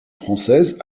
française